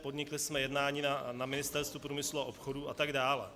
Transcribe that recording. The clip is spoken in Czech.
Podnikli jsme jednání na Ministerstvu průmyslu a obchodu a tak dále.